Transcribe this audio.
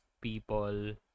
people